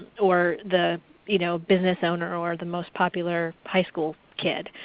or the you know business owner or the most popular high school kid